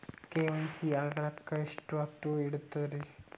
KYC ಆಗಲಕ್ಕ ಎಷ್ಟ ಹೊತ್ತ ಹಿಡತದ್ರಿ?